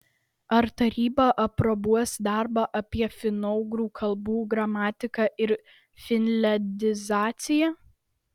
ar taryba aprobuos darbą apie finougrų kalbų gramatiką ir finliandizaciją